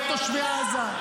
לא תושבי עזה.